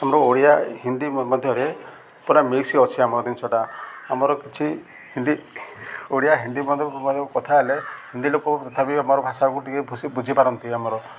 ଆମର ଓଡ଼ିଆ ହିନ୍ଦୀ ମଧ୍ୟରେ ପୁରା ମିକ୍ସ ଅଛି ଆମର ଜିନିଷଟା ଆମର କିଛି ହିନ୍ଦୀ ଓଡ଼ିଆ ହିନ୍ଦୀ ମଧ୍ୟ କଥା ହେଲେ ହିନ୍ଦୀ ଲୋକ ତଥାପି ଆମର ଭାଷାକୁ ଟିକେ ବୁଝିପାରନ୍ତି ଆମର